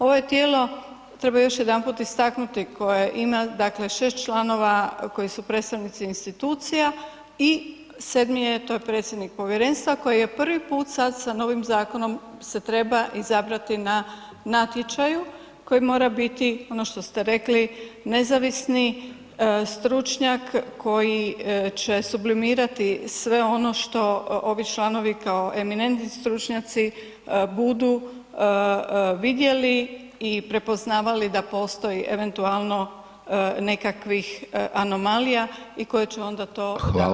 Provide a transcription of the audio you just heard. Ovo je tijelo, treba još jedanput istaknuti, koje ima dakle 6 članova koji su predstavnici institucija i sedmi je, to je predstavnik povjerenstva, koji je prvi put sad sa novim zakonom se treba izabrati na natječaju koji mora biti, ono što ste rekli, nezavisni stručnjak koji će sublimirati sve ono što ovi članovi kao eminentni stručnjaci budu vidjeli i prepoznavali da postoji eventualno nekakvih anomalija i koji će onda to